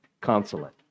consulate